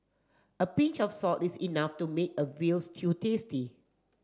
a pinch of salt is enough to make a veal stew tasty